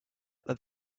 that